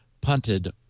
punted